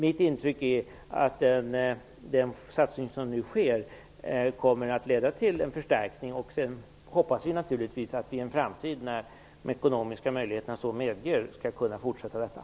Mitt intryck är att den satsning som nu görs kommer att leda till en förstärkning. Sedan hoppas vi naturligtvis att vi i en framtid när de ekonomiska möjligheterna det medger skall kunna fortsätta med detta.